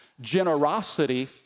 Generosity